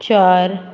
चार